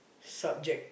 subject